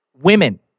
women